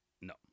no